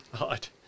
Right